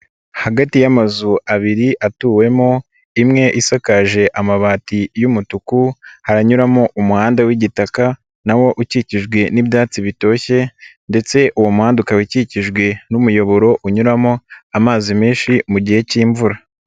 Hagati y'amazu abiri atuwemo, imwe isakaje amabati y'umutuku, haranyuramo umuhanda w'igitaka na wo ukikijwe n'ibyatsi bitoshye ndetse uwo muhanda ukaba ukikijwe n'umuyoboro, unyuramo amazi menshi mu gihe cy'imvura.